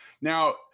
Now